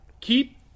keep